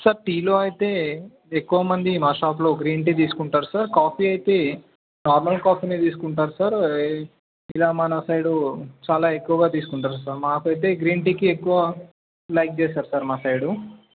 sir టీలో అయితే ఎక్కువ మంది మా షాపులో గ్రీన్ టీ తీసుకుంటారు సార్ కాఫీ అయితే నార్మల్ కాఫీనే తీసుకుంటారు సార్ ఇలా మన సైడు చాలా ఎక్కువగా తీసుకుంటారు మాకైతే గ్రీన్ టీ ఎక్కువ లైక్ చేస్తారు సార్ మా సైడు